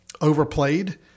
overplayed